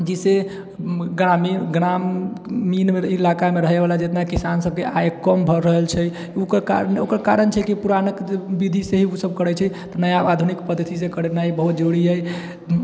जिससे ग्रामीण ग्रामीण इलाकामे रहैवला जितना किसान सबके आय कम भऽ रहल छै ओकर कारण ओकर कारण छै कि पूरा पुरान विधिसँ ही ओ सब करै छै नया आधुनिक पद्धतिसँ करनाइ बहुत जरुरी है